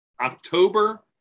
October